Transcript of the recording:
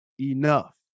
enough